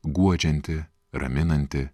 guodžianti raminanti